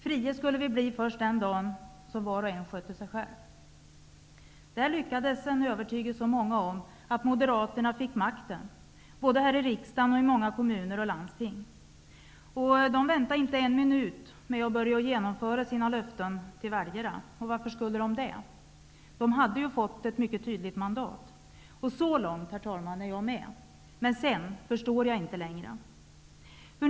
Fria skulle vi bli först den dagen som var och en skötte sig själv. Man lyckades övertyga så många om detta att Moderaterna fick makten, både här i riksdagen och i många kommuner och landsting. De väntade inte en minut med att börja genom föra sina löften till väljarna. Och varför skulle de göra det? De hade ju fått ett mycket tydligt man dat. Så långt, herr talman, är jag med. Men sedan förstår jag inte längre.